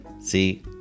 see